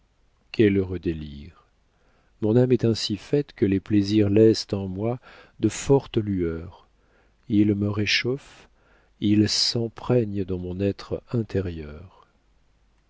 heureux délire mon âme est ainsi faite que les plaisirs laissent en moi de fortes lueurs ils me réchauffent ils s'empreignent dans mon être intérieur